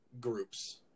groups